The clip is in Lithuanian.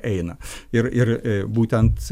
eina ir ir būtent